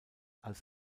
als